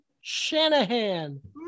shanahan